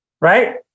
right